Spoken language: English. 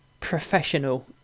professional